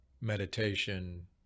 meditation